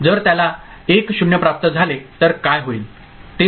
जर त्याला 1 0 प्राप्त झाले तर काय होईल